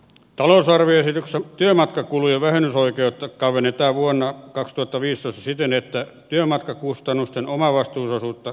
talousarvioesityksen työmatkakulujen vähennysoikeutta kavennetaan vuonna ratkottavissa siten että työmatkakustannusten omavastuun osuutta